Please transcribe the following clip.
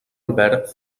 albert